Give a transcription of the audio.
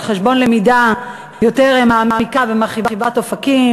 חשבון למידה יותר מעמיקה ומרחיבת אופקים,